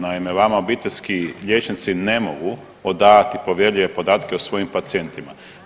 Naime, vama obiteljski liječnici ne mogu odavati povjerljive podatke o svojim pacijentima.